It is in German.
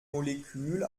molekül